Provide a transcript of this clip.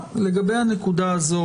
לגבי הנקודה הזאת,